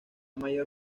mayor